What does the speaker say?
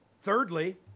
Thirdly